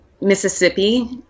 Mississippi